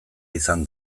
izan